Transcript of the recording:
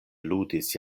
ludis